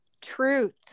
truth